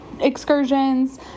excursions